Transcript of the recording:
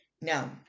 Now